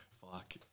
fuck